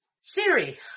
Siri